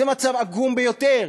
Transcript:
זה מצב עגום ביותר.